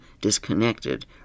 disconnected